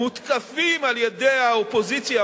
מותקפים על-ידי האופוזיציה,